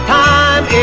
time